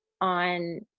on